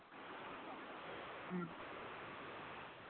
ᱦᱩᱸ